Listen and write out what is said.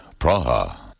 Praha